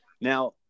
Now